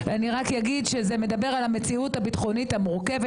מי שצריכה לדון בזה היא הוועדה לביטחון פנים.